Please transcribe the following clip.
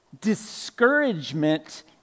discouragement